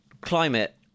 climate